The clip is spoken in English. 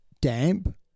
damp